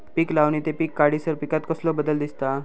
पीक लावणी ते पीक काढीसर पिकांत कसलो बदल दिसता?